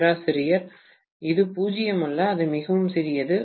பேராசிரியர் இது 0 அல்ல அது மிகவும் சிறியது